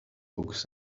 books